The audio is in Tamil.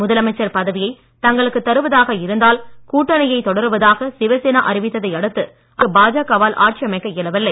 முதலமைச்சர் பதவியை தங்களுக்கு தருவதாக இருந்தால் கூட்டணியைத் தொடருவதாக சிவசேனா அறிவித்ததை அடுத்து அங்கு பாஜக வால் ஆட்சி அமைக்க இயலவில்லை